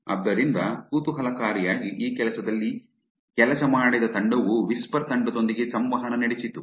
ಆದ್ದರಿಂದ ಕುತೂಹಲಕಾರಿಯಾಗಿ ಈ ಕೆಲಸದಲ್ಲಿ ಕೆಲಸ ಮಾಡಿದ ತಂಡವು ವಿಸ್ಪರ್ ತಂಡದೊಂದಿಗೆ ಸಂವಹನ ನಡೆಸಿತು